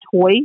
toy